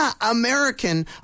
American